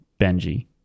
Benji